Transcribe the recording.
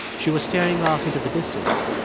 she was staring off into the distance,